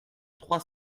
trois